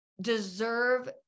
deserve